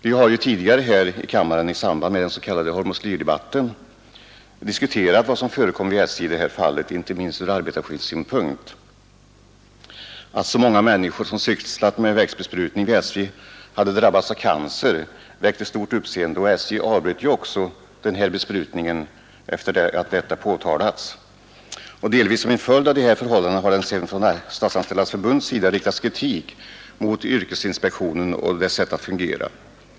Vi har ju tidigare här i kammaren i samband med den s.k. hormoslyrdebatten diskuterat vad som förekommit vid SJ i det här fallet, inte minst ur arbetarskyddssynpunkt. Att så många människor, som sysslat med växtbesprutning vid SJ, hade drabbats av cancer väckte stort uppseende, och SJ avbröt ju också giftbesprutningen efter att detta hade påtalats. Delvis som en följd av de här förhållandena har det sedan från Statsanställdas förbunds sida riktats kritik mot yrkesinspektionen och dess sätt att fungera.